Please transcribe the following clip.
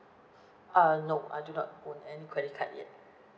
uh no I do not own any credit card yet